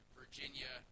virginia